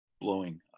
blowing